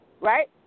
right